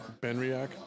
Benriac